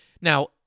Now